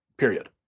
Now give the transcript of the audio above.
period